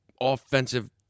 offensive